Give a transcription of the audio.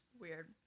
Weird